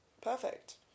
perfect